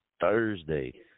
Thursday